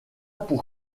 pour